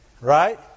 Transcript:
Right